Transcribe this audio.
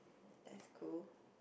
that's cool